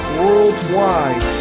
worldwide